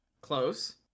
Close